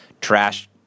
trash